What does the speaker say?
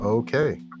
Okay